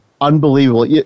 unbelievable